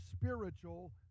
spiritual